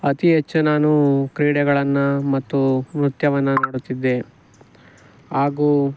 ಅತಿ ಹೆಚ್ಚು ನಾನು ಕ್ರೀಡೆಗಳನ್ನು ಮತ್ತು ನೃತ್ಯವನ್ನು ನೋಡುತ್ತಿದ್ದೆ ಹಾಗೂ